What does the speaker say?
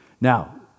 Now